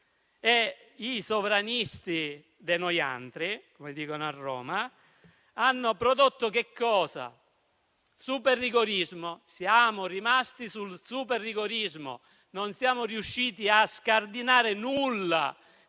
I sovranisti *de noantri* - come dicono a Roma - hanno prodotto cosa? Super rigorismo. Siamo rimasti sul super rigorismo, senza riuscire a scardinare nulla